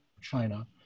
China